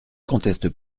conteste